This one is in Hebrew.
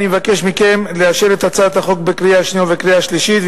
אני מבקש מכם לאשר את הצעת החוק בקריאה השנייה ובקריאה השלישית.